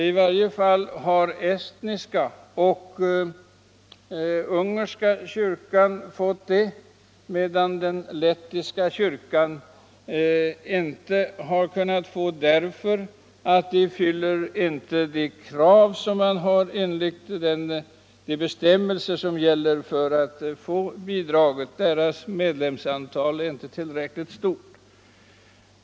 I varje fall har den estniska och den ungerska kyrkan fått det, medan den lettiska kyrkan inte har kunnat få bidrag därför att dess medlemsantal enligt gällande bestämmelser inte varit tillräckligt stort.